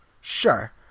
sure